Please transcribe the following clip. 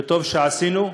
וטוב שעשינו,